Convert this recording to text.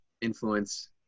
influence